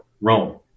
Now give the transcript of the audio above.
Rome